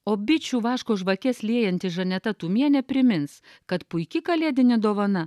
o bičių vaško žvakes liejanti žaneta tumienė primins kad puiki kalėdinė dovana